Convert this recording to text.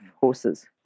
horses